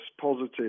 positive